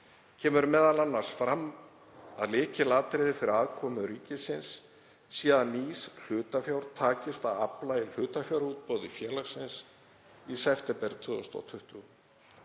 kemur m.a. fram að lykilskilyrði fyrir aðkomu ríkisins sé að nýs hlutafjár takist að afla í hlutafjárútboði félagsins í september 2020.